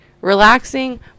relaxing